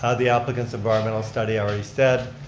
ah the applicant's environmental study, i already said,